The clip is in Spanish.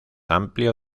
amplio